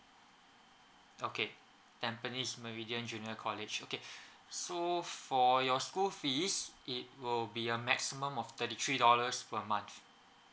okay tampines meridian junior college okay so for your school fees it will be a maximum of thirty three dollars per month